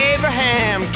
Abraham